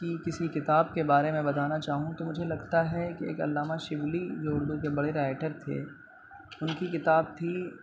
کی کسی کتاب کے بارے میں بتانا چاہوں تو مجھے لگتا ہے کہ ایک علامہ شبلی جو اردو کے بڑے رائٹر تھے ان کی کتاب تھی